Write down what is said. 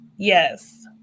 yes